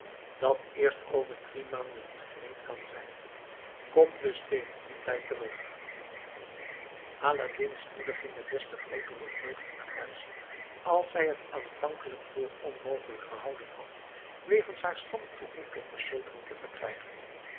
dat eerst over drie maanden gereed kan zijn kom dus tegen dien tijd terug aladdin's moeder ging met des te grootere vreugde naar huis als zij het aanvankelijk voor onmogelijk gehouden had wegens haar stand toegang tot den sultan te verkrijgen